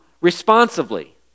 responsibly